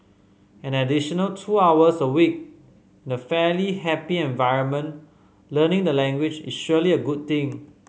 an additional two hours a week in a fairly happy environment learning the language is surely a good thing